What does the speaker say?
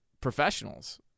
professionals